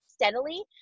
steadily